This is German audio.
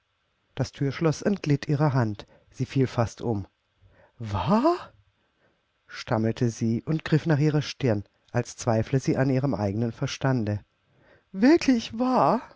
das thürschloß entglitt ihrer hand sie fiel fast um wahr stammelte sie und griff nach ihrer stirn als zweifle sie an ihrem eigenen verstande wirklich wahr